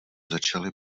začali